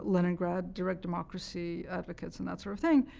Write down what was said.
leningrad direct-democracy advocates and that sort of thing.